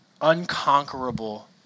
unconquerable